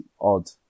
odd